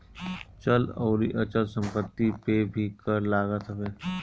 चल अउरी अचल संपत्ति पे भी कर लागत हवे